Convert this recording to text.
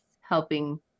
helping